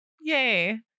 Yay